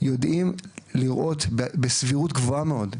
יודעים לראות בסבירות גבוהה מאוד,